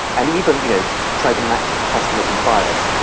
and even you know try to match up customers and buyers,